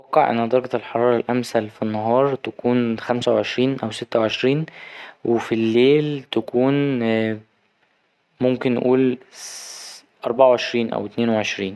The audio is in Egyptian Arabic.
أتوقع إن درجة الحرارة الأمثل في النهار تكون خمسة وعشرين أو ستة وعشرين وفي الليل تكون ممكن نقول أربعة وعشرين أو أتنين وعشرين.